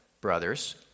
brothers